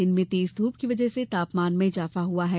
दिन में तेज धूप की वजह से तापमान में इजाफा हुआ है